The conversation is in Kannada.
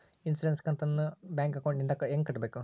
ಇನ್ಸುರೆನ್ಸ್ ಕಂತನ್ನ ಬ್ಯಾಂಕ್ ಅಕೌಂಟಿಂದ ಹೆಂಗ ಕಟ್ಟಬೇಕು?